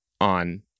on